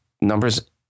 numbers